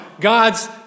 God's